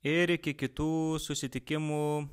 ir iki kitų susitikimų